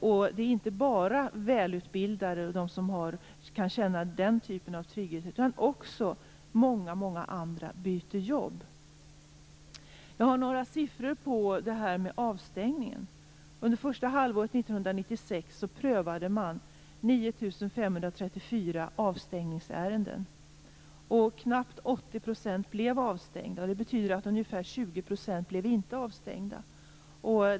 Det handlar inte bara om välutbildade och de som kan känna den typen av trygghet. Också många andra byter jobb. Jag har några siffror på det här med avstängningen. Under första halvåret 1996 prövade man 9534 Det betyder att ungefär 20 % inte blev det.